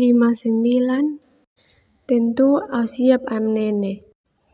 Lima sembilan tentu au siap amanene